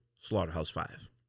Slaughterhouse-Five